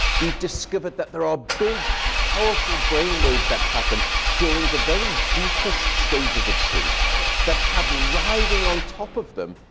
we've discovered that there are big, powerful brain waves that happen during the very deepest stages of sleep that have, riding on top of them,